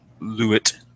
Lewitt